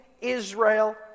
Israel